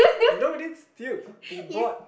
don't believe dude we bought